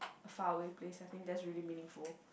a faraway place I think that's really meaningful